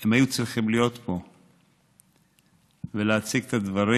הם היו צריכים להיות פה ולהציג את הדברים.